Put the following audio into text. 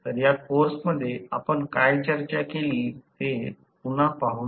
तर या कोर्समध्ये आपण काय चर्चा केली ते पुन्हा पाहूया